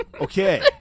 Okay